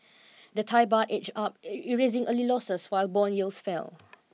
the Thai Baht edged up erasing early losses while bond yields fell